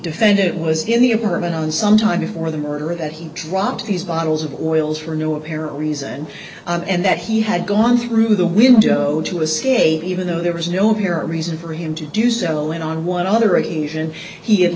defendant was in the apartment on some time before the murder that he dropped these bottles of oils for no apparent reason and that he had gone through the window to escape even though there was no apparent reason for him to do so and on one other occasion he had